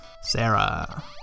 Sarah